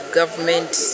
government